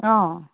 অঁ